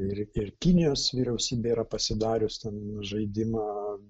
ir ir kinijos vyriausybė yra pasidarius ten žaidimą